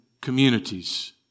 communities